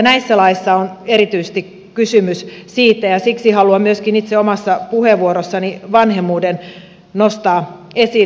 näissä laeissa on erityisesti kysymys siitä ja siksi haluan myöskin itse omassa puheenvuorossani vanhemmuuden nostaa esille